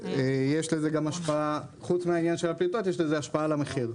חוץ מהשפעה על הפליטות יש לזה גם השפעה על המחיר.